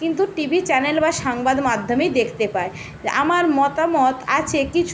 কিন্তু TV channel বা সাংবাদ মাধ্যমেই দেখতে পাই আমার মতামত আছে কিছু